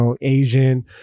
Asian